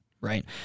right